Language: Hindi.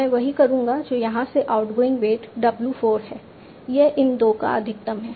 मैं वही करूंगा जो यहां से आउटगोइंग वेट w4 है यह इन 2 का अधिकतम है